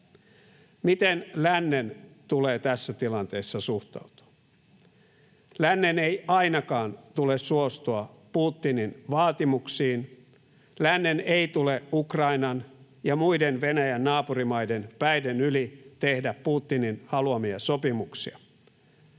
Miten lännen tulee tässä tilanteessa suhtautua? Lännen ei ainakaan tule suostua Putinin vaatimuksiin. Lännen ei tule Ukrainan ja muiden Venäjän naapurimaiden päiden yli tehdä Putinin haluamia sopimuksia.